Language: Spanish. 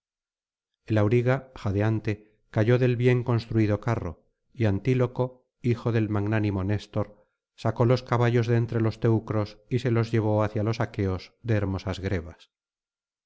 auriga jadeante cayó del bien construido carro y antíloco hijo del magnánimo néstor sacó los caballos de entre los teucros y se los llevó hacia los aqueos de hermosas grebas